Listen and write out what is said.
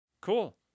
Cool